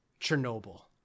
Chernobyl